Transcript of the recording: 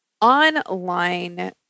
online